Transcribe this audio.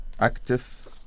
active